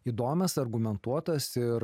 įdomias argumentuotas ir